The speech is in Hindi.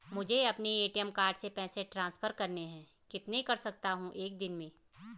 मुझे अपने ए.टी.एम कार्ड से पैसे ट्रांसफर करने हैं कितने कर सकता हूँ एक दिन में?